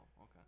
okay